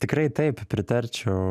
tikrai taip pritarčiau